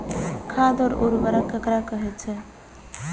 खाद और उर्वरक ककरा कहे छः?